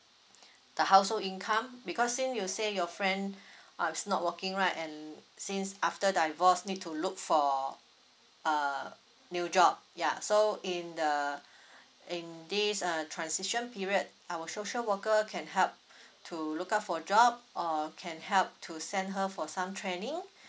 the household income because since you say your friend uh is not working right and since after divorce need to look for err new job ya so in the in this uh transition period our social worker can help to look out for job or can help to send her for some training